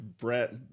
Brett